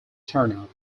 turnout